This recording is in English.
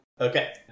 Okay